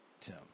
tim